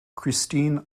christine